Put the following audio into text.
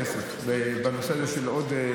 אנחנו הולכים להשקיע הרבה כסף בנושא של עוד נהגים.